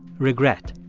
regret.